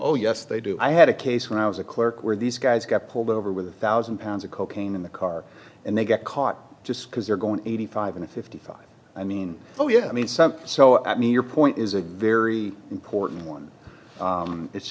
oh yes they do i had a case when i was a clerk where these guys got pulled over with a thousand pounds of cocaine in the car and they get caught just because they're going to eighty five in a fifty five i mean oh yeah i mean some so i mean your point is a very important one it's